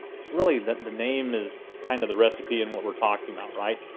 it's really that the name is kind of the recipe in what we're talking about. right,